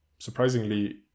surprisingly